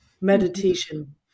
meditation